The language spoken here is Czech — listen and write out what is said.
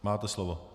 Máte slovo.